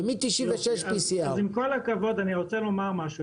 ומ-96 PCR. אז עם כל הכבוד אני רוצה לומר משהו,